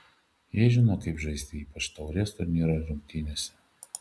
jie žino kaip žaisti ypač taurės turnyro rungtynėse